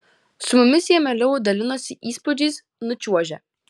su mumis jie mieliau dalinosi įspūdžiais nučiuožę